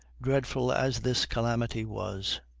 dreadful as this calamity was,